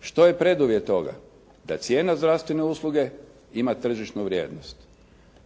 Što je preduvjet toga? Da cijena zdravstvene usluge ima tržišnu vrijednost.